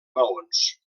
maons